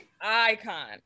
icon